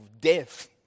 death